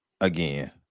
again